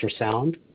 ultrasound